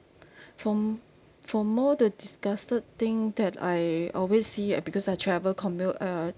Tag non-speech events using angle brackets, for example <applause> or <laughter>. <breath> for m~ for more the disgusted thing that I always see uh because I travel commute uh